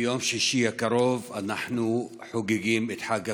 ביום שישי הקרוב אנחנו חוגגים את חג הקורבן,